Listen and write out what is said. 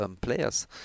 players